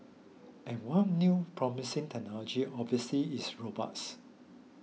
and one new promising technology obviously is robots